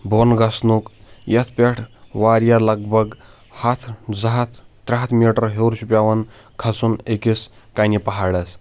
بۄن گَژھنُک یَتھ پٮ۪ٹھ واریاہ لَگ بَگ ہَتھ زٕ ہَتھ ترٛےہَتھ میٹَر ہیوٚ چھُ پٮ۪وان کھسُن أکِس کَنہِ پَہاڑَس